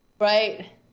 Right